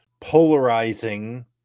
polarizing